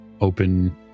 open